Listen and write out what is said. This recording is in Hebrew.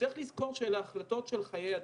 צריך לזכור שאלה החלטות של חיי אדם.